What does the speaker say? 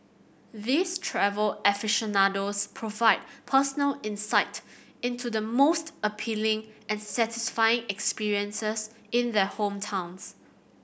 these travel aficionados provide personal insight into the most appealing and satisfying experiences in their hometowns